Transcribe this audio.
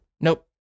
Nope